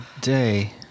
day